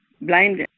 blind